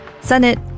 Senate